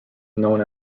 known